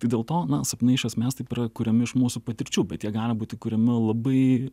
tik dėl to na sapnai iš esmės taip yra kuriami iš mūsų patirčių bet jie gali būti kuriami labai